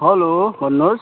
hello भन्नुहोस्